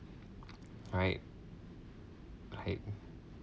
right right